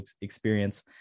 experience